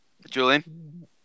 Julian